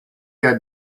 had